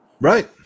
Right